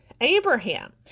Abraham